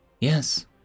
Yes